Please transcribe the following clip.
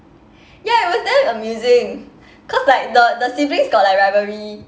ya it was damn amusing cause like the the siblings got like rivalry